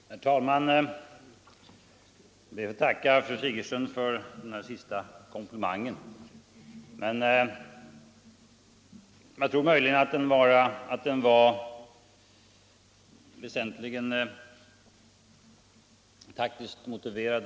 Herr talman! Jag ber att få tacka fru Sigurdsen för komplimangen, även om den möjligen väsentligen var taktiskt motiverad.